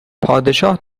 پادشاه